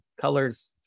colors